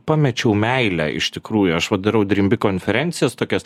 pamečiau meilę iš tikrųjų aš vat darau dream big konferencijas tokias